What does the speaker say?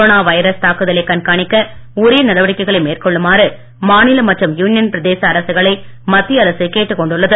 corona virus தாக்குதலை கண்காணிக்க உரிய நடவடிக்கைகளை மேற்கொள்ளுமாறு மாநில மற்றும் யூனியன் பிரதேச அரசுகளை மத்திய அரசு கேட்டுக் கொண்டுள்ளது